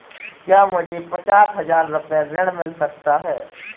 क्या मुझे पचास हजार रूपए ऋण मिल सकता है?